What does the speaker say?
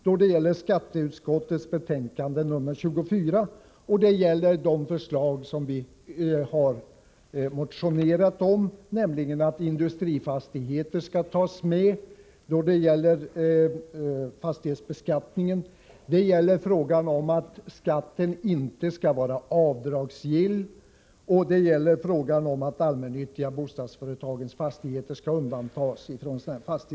Det gäller alltså skatteutskottets betänkande nr24 och det förslag som vi har motionerat om, nämligen att fastighetsskatten också skall gälla industrifastigheter. Det handlar om att skatten inte skall vara avdragsgill och om att de allmännyttiga bostadsföretagens fastigheter skall undantas från fastighetsskatten.